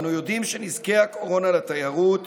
ואנו יודעים שנזקי הקורונה לתיירות